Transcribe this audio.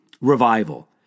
revival